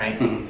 right